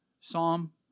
Psalm